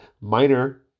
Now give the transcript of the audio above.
minor